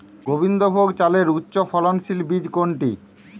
গোবিন্দভোগ চালের উচ্চফলনশীল বীজ কোনটি?